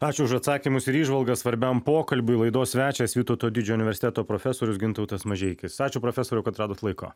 ačiū už atsakymus ir įžvalgas svarbiam pokalbiui laidos svečias vytauto didžiojo universiteto profesorius gintautas mažeikis ačiū profesoriau kad radot laiko